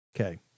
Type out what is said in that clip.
Okay